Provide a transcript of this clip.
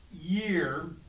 year